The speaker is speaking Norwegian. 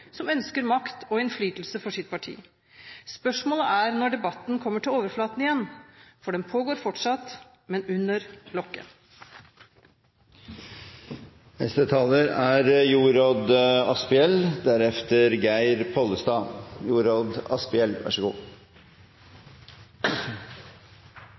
som ønsker makt og innflytelse for sitt parti. Spørsmålet er når debatten kommer til overflaten igjen. For den pågår fortsatt – men under